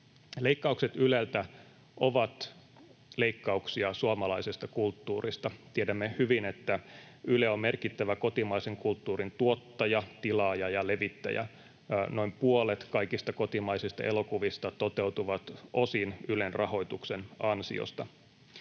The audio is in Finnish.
Leikkaukset Yleltä ovat leikkauksia suomalaisesta kulttuurista. Tiedämme hyvin, että Yle on merkittävä kotimaisen kulttuurin tuottaja, tilaaja ja levittäjä. Noin puolet kaikista kotimaisista elokuvista toteutuu osin Ylen rahoituksen ansiosta.